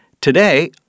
Today